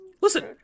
listen